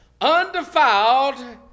undefiled